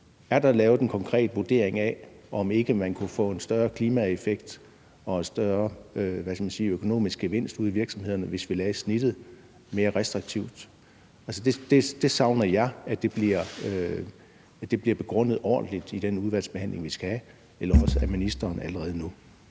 Er der lavet en konkret vurdering af, om man ikke kunne få en større klimaeffekt og en større, hvad skal man sige, økonomisk gevinst ude i virksomhederne, hvis man lagde snittet mere restriktivt? Altså, det savner jeg bliver begrundet ordentligt i den udvalgsbehandling, vi skal have, eller af ministeren allerede nu.